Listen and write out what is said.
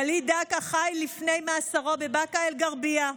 וליד דקה חי לפני מאסרו בבאקה אל-גרבייה,